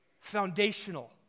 foundational